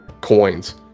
coins